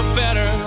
better